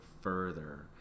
further